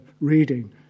reading